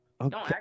Okay